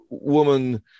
woman